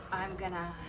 i'm going to